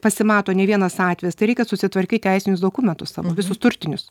pasimato ne vienas atvejis tai reikia susitvarkyt teisinius dokumentus savo visus turtinius